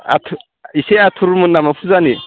आथुर इसे आथुरमोन नामा फुजानि